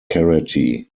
karate